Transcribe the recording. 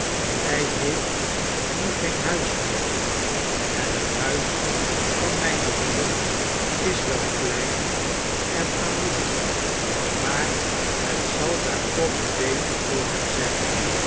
hij heeft nu geen huis meer en het huis van mijne moeder is wel klein en armoedig maar het zal daar toch beter voor hem zijn